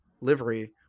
livery